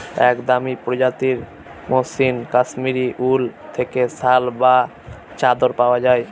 এক দামি প্রজাতির মসৃন কাশ্মীরি উল থেকে শাল বা চাদর পাওয়া যায়